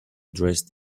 dressed